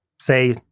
say